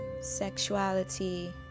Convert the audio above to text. sexuality